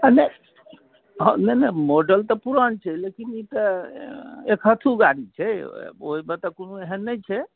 आ नहि हँ नहि नहि मॉडल तऽ पुरान छै लेकिन ई तऽ एक हत्थू गाड़ी छै ओहिमे तऽ कोनो एहन नहि छै